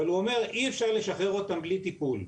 אבל הוא אומר, אי אפשר לשחרר אותם בלי טיפול.